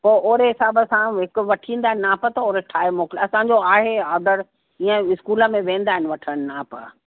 पोइ ओड़े हिसाब सां हिकु वठी ईंदा आहिनि नाप त ओड़ो ठाहे मोकिलिजो असांजो आहे ऑडर हीअं स्कूल में वेंदा आहिनि वठणु नाप